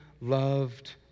loved